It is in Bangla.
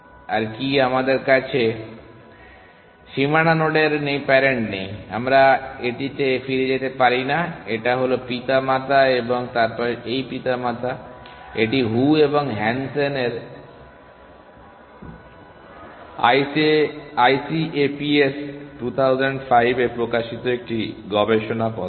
আর কি আমাদের কাছে সীমানা নোডের প্যারেন্ট নেই আমরা এটিতে ফিরে যেতে পারি না এটা হল পিতামাতা এবং তারপর এই পিতামাতা এটি হু এবং হ্যানসেন ICAPS 2005 এ প্রকাশিত একটি গবেষণাপত্র